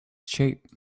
shape